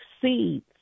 seeds